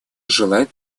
желает